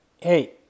hey